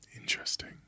Interesting